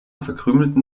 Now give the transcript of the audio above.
verkrümelten